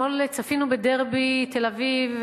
אתמול צפינו בדרבי תל-אביב,